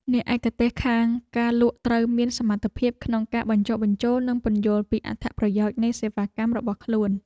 អ្នកឯកទេសខាងការលក់ត្រូវមានសមត្ថភាពក្នុងការបញ្ចុះបញ្ចូល និងពន្យល់ពីអត្ថប្រយោជន៍នៃសេវាកម្មរបស់ខ្លួន។